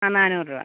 ആ നാന്നൂറ് രൂപ